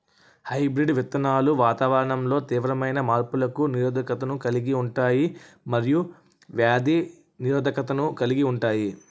hybrid విత్తనాలు వాతావరణంలో తీవ్రమైన మార్పులకు నిరోధకతను కలిగి ఉంటాయి మరియు వ్యాధి నిరోధకతను కలిగి ఉంటాయి